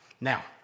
Now